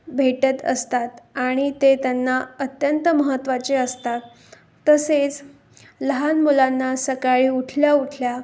भेटत असतात आणि ते त्यांना अत्यंत महत्त्वाचे असतात तसेच लहान मुलांना सकाळी उठल्या उठल्या